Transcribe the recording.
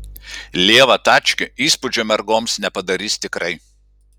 lieva tačkė įspūdžio mergoms nepadarys tikrai